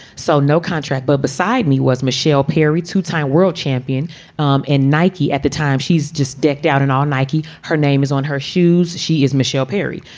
so no contract. but beside me was michelle perry, two-time world champion um in nike at the time. she's just decked out in all nike. her name is on her shoes. she is michelle perry,